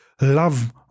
love